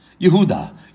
Yehuda